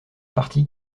partie